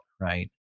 right